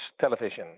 television